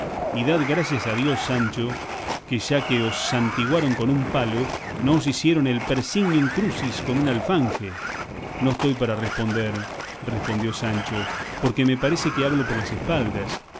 y dad gracias a dios sancho que ya que os santiguaron con un palo no os hicieron el per signum crucis con un alfanje no estoy para responder respondió sancho porque me parece que hablo por las espaldas